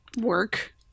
work